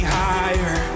higher